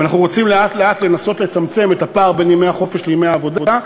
ואנחנו רוצים לאט-לאט לנסות לצמצם את הפער בין ימי החופש לימי העבודה.